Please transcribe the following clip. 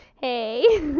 hey